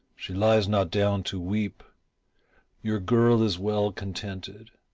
she lies not down to weep your girl is well contented.